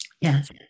Yes